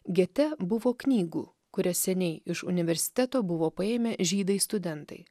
gete buvo knygų kurias seniai iš universiteto buvo paėmę žydai studentai